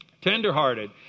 tenderhearted